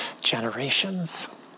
generations